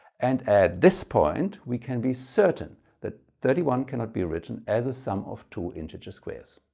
and at this point we can be certain that thirty one cannot be written as a sum of two integer squares.